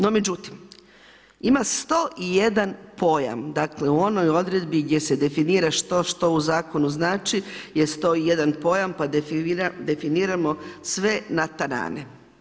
No međutim, ima 101 pojam u onoj odredbi gdje se definira što što u zakonu znači je 101 pojam pa definiramo sve natenane.